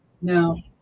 Now